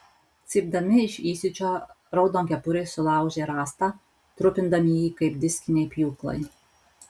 cypdami iš įsiūčio raudonkepuriai sulaužė rąstą trupindami jį kaip diskiniai pjūklai